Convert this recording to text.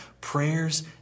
Prayers